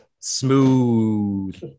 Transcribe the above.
smooth